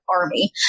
army